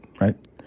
Right